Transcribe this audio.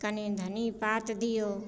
कनी धन्नी पात दियौ